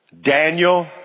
Daniel